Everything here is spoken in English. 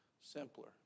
Simpler